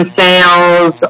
sales